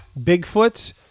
Bigfoot